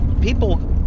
people